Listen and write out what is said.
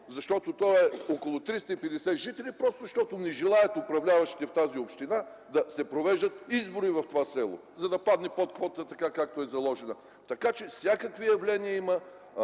защото то е с около 350 жители – просто защото управляващите в тази община не желаят да се провеждат избори в това село, за да падне под квотата така, както е заложена. Така че има всякакви явления. Има